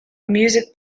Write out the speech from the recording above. music